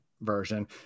version